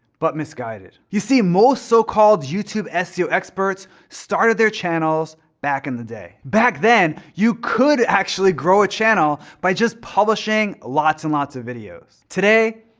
but misguided. you see most so called youtube seo experts started their channels back in the day. back then you could actually grow a channel by just publishing lots and lots of videos. today,